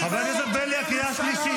חבר הכנסת בליאק, קריאה שלישית.